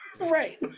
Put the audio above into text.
Right